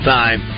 time